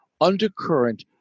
undercurrent